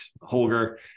Holger